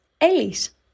Elis